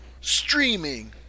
streaming